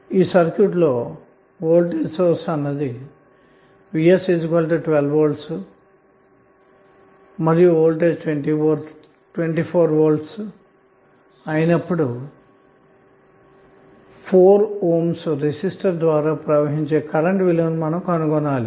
ఈ సర్క్యూట్ లో వోల్టేజ్ సోర్స్vs12 V లేదా వోల్టేజ్ 24V అయినప్పుడు 4 Ohms రెసిస్టర్ ద్వారా ప్రవహించేకరెంట్ విలువను మనం కనుక్కోవాలి